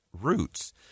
roots